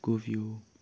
scorpio